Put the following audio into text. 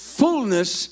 fullness